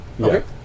Okay